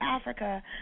Africa